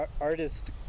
Artist